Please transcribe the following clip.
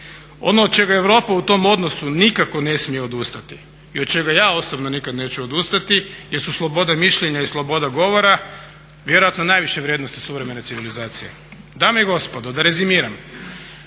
Ono od čega Europa u tom odnosu nikako ne smije odustati i od čega ja osobno nikad neću odustati jesu sloboda mišljenja i sloboda govora, vjerojatno najviše vrijednosti suvremene civilizacije. Dame i gospodo, da rezimiram,